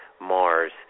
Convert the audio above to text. Mars